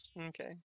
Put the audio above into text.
Okay